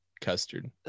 custard